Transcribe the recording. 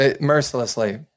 Mercilessly